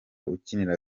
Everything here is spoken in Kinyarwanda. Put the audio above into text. ukinira